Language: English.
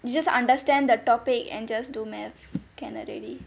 you just understand the topic and just do mathematics can already